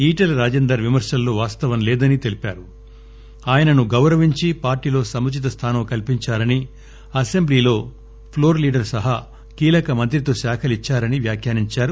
ఈటల రాజేందర్ విమర్శల్లో వాస్తవం లేదని ఆయనను గౌరవించి పార్టీలో సముచిత స్టానం కల్పించారని అసెంబ్లీలో ప్లోర్ లీడర్ సహా కీలక మంత్రిత్వ శాఖలు ఇచ్చారని వ్యాఖ్యానించారు